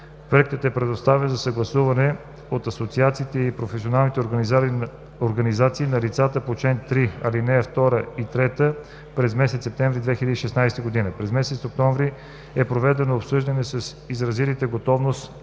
Проектът е предоставен за съгласуване от асоциациите и професионалните организации на лицата по чл. 3, ал. 2 и 3 през месец септември 2016 г. През месец октомври е проведено обсъждане с изразилите готовност